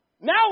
Now